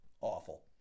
Awful